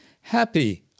Happy